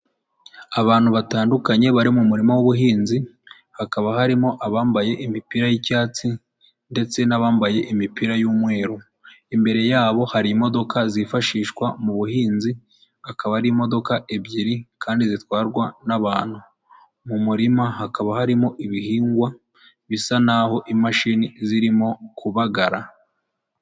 Abantu batandukanye bari mu murima w'ubuhinzi, hakaba harimo abambaye imipira y'icyatsi ndetse n'abambaye imipira y'umweru. Imbere yabo hari imodoka zifashishwa mu buhinzi, akaba ari imodoka ebyiri kandi zitwarwa n'abantu, mu murima hakaba harimo ibihingwa bisa naho imashini zirimo kubagara.